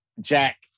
Jack